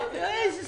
איזה?